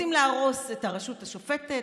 רוצים להרוס את הרשות השופטת,